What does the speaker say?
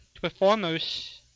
performers